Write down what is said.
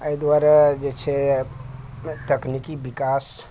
अइ दुआरे जे छै तकनीकी विकास